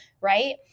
right